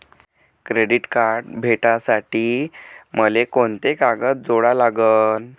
Credit card भेटासाठी मले कोंते कागद जोडा लागन?